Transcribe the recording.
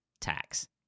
tax